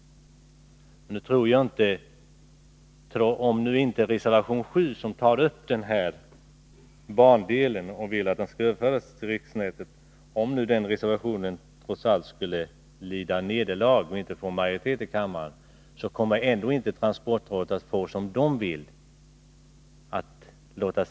Motionskravet tas upp reservation 7, men även om den reservationen inte skulle få majoritet i kammaren kommer transportrådet inte att få sin vilja fram.